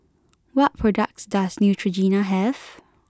what products does Neutrogena have